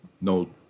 No